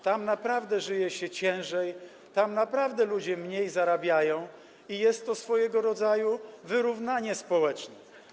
Tam naprawdę żyje się ciężej, tam naprawdę ludzie mniej zarabiają i jest to swojego rodzaju wyrównanie społeczne.